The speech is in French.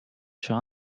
sur